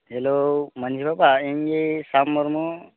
hello ᱢᱟᱺᱡᱷᱤ ᱵᱟᱵᱟ ᱤᱧ ᱜᱮ ᱥᱟᱢ ᱢᱩᱨᱢᱩ